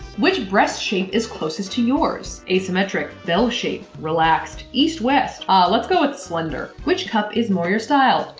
which breast shape is closest to yours? asymmetric. bell shaped relaxed east-west ah, let's go with slender. which cup is more your style?